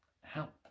help